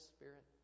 Spirit